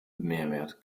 mehrwert